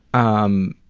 um,